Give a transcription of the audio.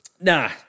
Nah